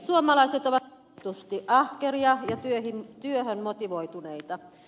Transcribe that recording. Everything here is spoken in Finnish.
suomalaiset ovat tunnetusti ahkeria ja työhön motivoituneita